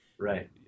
Right